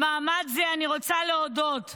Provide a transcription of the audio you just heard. במעמד זה אני רוצה להודות לחברי,